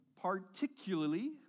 particularly